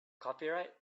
copyright